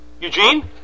Eugene